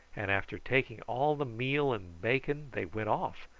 and after taking all the meal and bacon they went off,